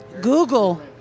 Google